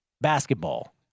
Basketball